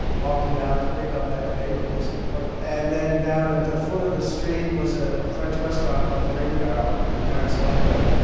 walking out to pick up that paper was important. and then down at the foot of the street was ah a french restaurant called the rainbarrel. my parents loved it,